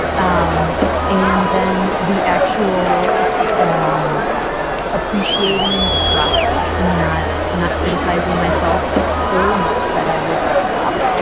um and then the actual and um appreciating the process and not not criticizing myself so much that i will just stop.